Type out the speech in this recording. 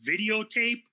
videotape